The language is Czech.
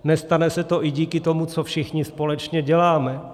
Nestane se to i díky tomu, co všichni společně děláme.